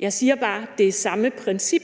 Jeg siger bare, at det er samme princip,